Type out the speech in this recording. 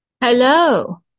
Hello